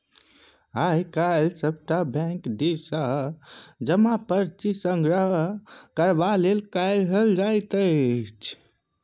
आय काल्हि सभटा बैंक दिससँ जमा पर्ची संग्रह करबाक लेल कहल जाइत छै